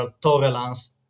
tolerance